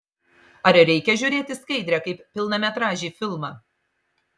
ar reikia žiūrėti skaidrę kaip pilnametražį filmą